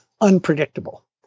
unpredictable